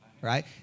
right